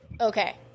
Okay